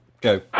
Go